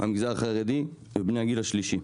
המגזר החרדי ובני הגיל השלישי.